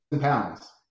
pounds